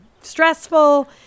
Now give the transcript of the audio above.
stressful